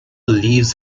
leaves